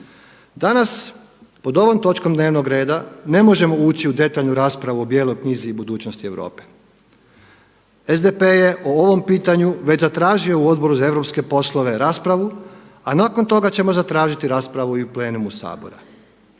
Danas pod ovom točkom dnevnog reda ne možemo ući u detaljnu raspravu o bijeloj knjizi i budućnosti Europe. SDP je o ovom pitanju već zatražio u Odboru za europske poslove raspravu, a nakon toga ćemo zatražiti raspravu i u plenumu Sabora.